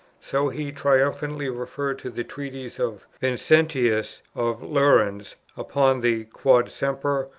so he triumphantly referred to the treatise of vincentius of lerins upon the quod semper,